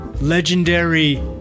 legendary